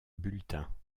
bulletin